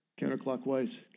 counterclockwise